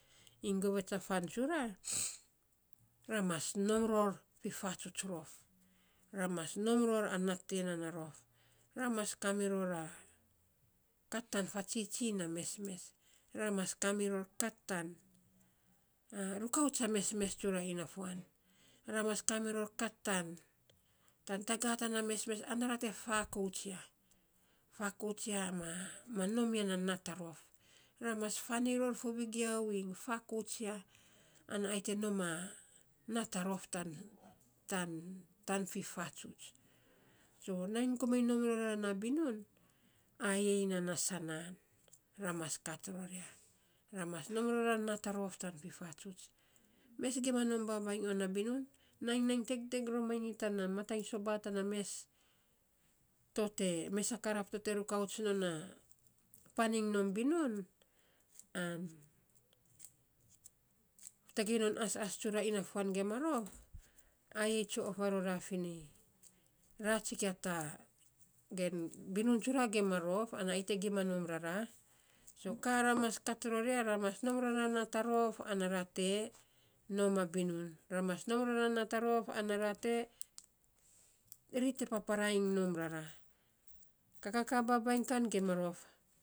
Iny govets a fan tsura, ra mas nom ror fifatsuts rof, ra mas nom ror a nat tiya nan a rof. Ra mas kamiror kat tan fatsitsi na mesmes. Ra mas kamiror kat tan rukauts a mesmes tsura inafuan. Ra mas kamiror kat tan tagaa tana mesmes ana ra te fakouts ya, fakouts ya ma nom ya na nat a rof. Ra mas faan iny ror fo vegiau iny fakouts ya ma nom ya na nat a rof, tan tan fifatsuts so nainy komainy nom rora na binun, ayei nan na sanaan ra mas kat ror ya ra mas rom a nat a rof tan fifatsuts. Mes gima nom babainy on na binun. Nainy nai tegteg romanyi tana matai soba tana mes, mes a karap to te rukaut non a painy iny nom binun an tagei non asas tsura inafuan gima rof, ai tsue of varora finei, ra tsikia tan, ge binun tsura gima rof ana ayei to gima nom ror a nat a rof ana ra te nom a binun ana ri te papara iny nom rara kakakaa babainy kan gima rof.